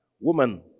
Woman